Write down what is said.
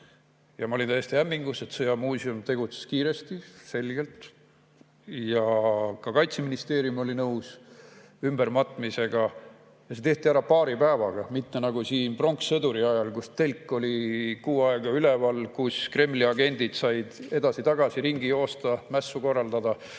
Ma olin täiesti hämmingus, et sõjamuuseum tegutses kiiresti, selgelt ja ka Kaitseministeerium oli nõus ümbermatmisega. Ja see tehti ära paari päevaga, mitte nagu siin pronkssõduri ajal, kus telk oli kuu aega üleval, kus Kremli agendid said edasi-tagasi ringi joosta, mässu korraldada,